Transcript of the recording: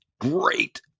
Great